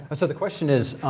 so the question is,